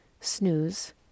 snooze